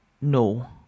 No